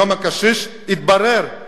וכשהיה יום הקשיש התברר,